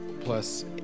plus